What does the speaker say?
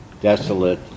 desolate